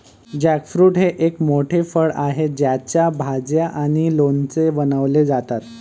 jackfruit हे एक मोठे फळ आहे ज्याच्या भाज्या आणि लोणचे बनवले जातात